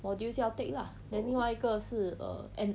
modules 要 take lah then 另外一个是 err an~